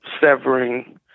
severing